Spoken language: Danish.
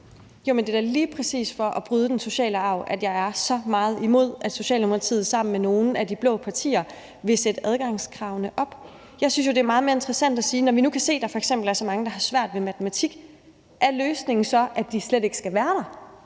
Det er da lige præcis for at bryde den sociale arv, at jeg er så meget imod, at Socialdemokratiet sammen med nogle af de blå partier vil sætte adgangskravene op. Jeg synes jo, at det er meget mere interessant at sige: Når vi nu kan se, at der f.eks. er så mange, der har svært ved matematik, er løsningen så, at de slet ikke skal være der,